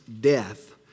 death